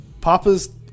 Papa's